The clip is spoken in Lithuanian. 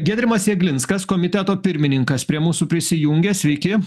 giedrimas jeglinskas komiteto pirmininkas prie mūsų prisijungia sveiki